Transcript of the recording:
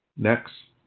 next.